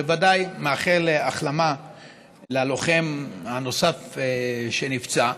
אני בוודאי מאחל החלמה ללוחם הנוסף שנפצע.